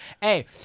hey